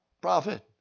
profit